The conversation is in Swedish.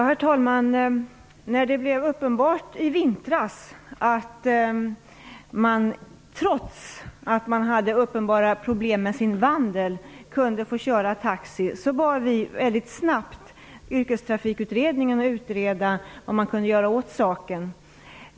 Herr talman! När det i vintras blev uppenbart att man, trots uppenbara problem med sin vandel, kunde få köra taxi bad vi väldigt snabbt Yrkestrafikutredningen att utreda vad som kunde göras åt saken.